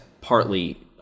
partly